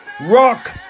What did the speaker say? Rock